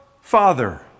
Father